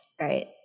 right